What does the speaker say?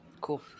Cool